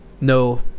no